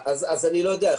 אז אני לא יודע.